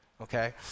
okay